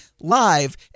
live